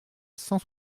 cent